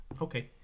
Okay